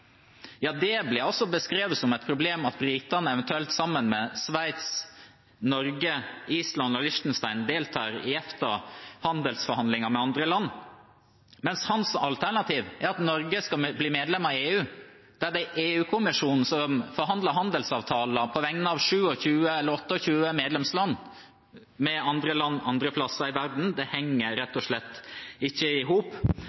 Det ble beskrevet som et problem at britene, eventuelt sammen med Sveits, Norge, Island og Liechtenstein, deltar i EFTA, i handelsforhandlinger med andre land, mens hans alternativ er at Norge skal bli medlem av EU, der det er EU-kommisjonen som forhandler handelsavtaler – på vegne av 28 medlemsland – med land andre steder i verden. Det henger rett og slett ikke i hop.